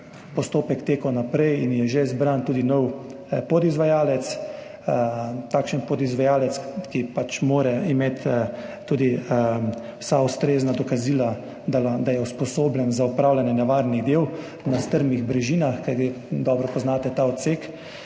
postopek tekel naprej in je že izbran tudi nov podizvajalec, takšen podizvajalec, ki pač mora imeti tudi vsa ustrezna dokazila, da je usposobljen za opravljanje nevarnih del na strmih brežinah. Kajti – dobro poznate ta odsek.